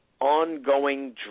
ongoing